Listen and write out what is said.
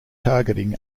targeting